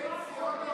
שיש הסכם.